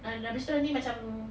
habis tu nanti macam